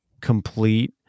complete